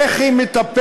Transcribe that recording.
איך היא מטפלת?